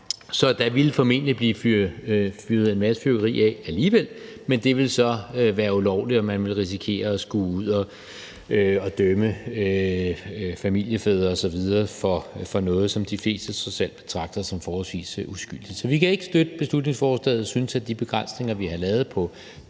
Så der ville formentlig blive fyret en masse fyrværkeri af alligevel, men det ville så være ulovligt, og man ville risikere at skulle ud at dømme familiefædre osv. for noget, som de fleste trods alt betragter som forholdsvis uskyldigt. Så vi kan ikke støtte beslutningsforslaget og synes, at de begrænsninger, vi har lavet på